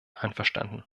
einverstanden